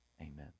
Amen